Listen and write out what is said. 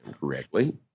correctly